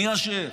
מי אשם?